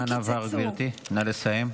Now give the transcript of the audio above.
הזמן עבר, גברתי, נא לסיים.